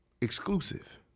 exclusive